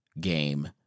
game